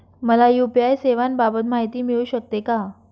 मला यू.पी.आय सेवांबाबत माहिती मिळू शकते का?